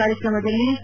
ಕಾರ್ಯಕ್ರಮದಲ್ಲಿ ಕೆ